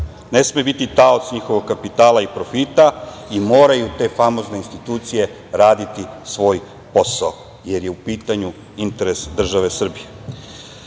ne sme biti taoc njihovog kapitala i profita i moraju te famozne institucije raditi svoj posao, jer je u pitanju interes države